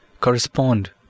correspond